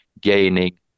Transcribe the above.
gaining